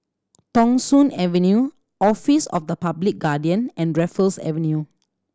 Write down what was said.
Thong Soon Avenue Office of the Public Guardian and Raffles Avenue